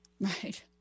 right